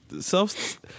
self